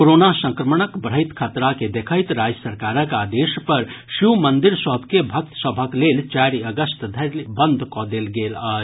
corona संक्रमणक बढ़ैत खतरा के देखैत राज्य सरकारक आदेश पर शिव मंदिर सभ के भक्त सभक लेल चारि अगस्त धरि बंद कऽ देल गेल अछि